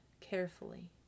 carefully